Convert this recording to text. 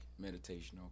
meditational